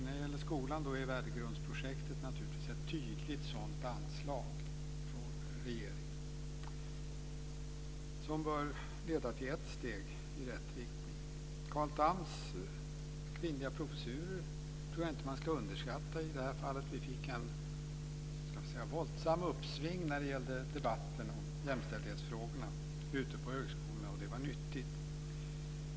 När det gäller skolan är värdegrundsprojektet ett tydligt sådant anslag från regeringen. Det bör leda till ett steg i rätt riktning. Jag tror inte att man ska underskatta Carl Thams kvinnliga professurer. Det blev ett våldsamt uppsving i debatten om jämställdhetsfrågorna ute på högskolorna. Det var nyttigt.